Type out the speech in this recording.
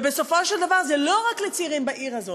ובסופו של דבר, זה לא רק לצעירים בעיר הזאת.